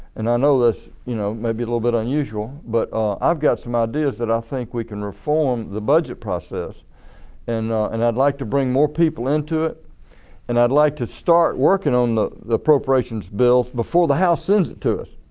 and i know it you know might be a little bit unusual but i've got some ideas that i think we can reform the budget process and and i'd like to bring more people into it and i'd like to start working on the appropriations bills before the house sends it to us.